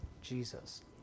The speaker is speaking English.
Jesus